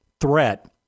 threat